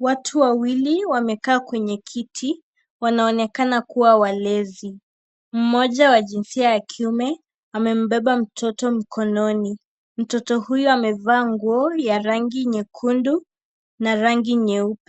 Watu wawili wamekaa kwenye kiti, wanaonekana kuwa walezi, mmoja wa jinsia ya kiume amembeba mtoto mkononi, mtoto huyo amevaa nguo ya rangi nyekundu na rangi nyeup,